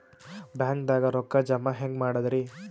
ಬ್ಯಾಂಕ್ದಾಗ ರೊಕ್ಕ ಜಮ ಹೆಂಗ್ ಮಾಡದ್ರಿ?